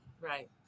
Right